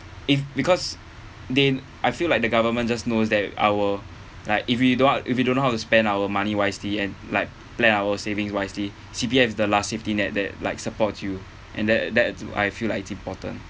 if because they I feel like the government just knows that our like if we don't want if we don't know how to spend our money wisely and like plan our savings wisely C_P_F is the last safety net that like supports you and that that I feel like it's important